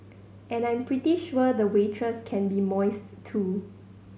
and I'm pretty sure the waitress can be moist too